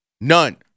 None